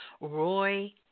Roy